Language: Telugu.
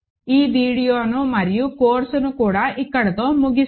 ఈ వీడియోను మరియు కోర్సును కూడా ఇక్కడితో ముగిస్తాను